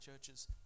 churches